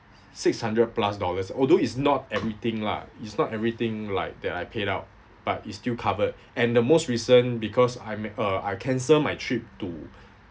six hundred plus dollars although it's not everything lah it's not everything like that I paid out but it's still covered and the most recent because I make uh I cancel my trip to